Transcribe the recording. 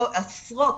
עשרות,